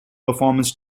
performance